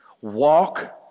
Walk